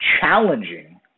challenging